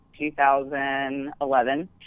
2011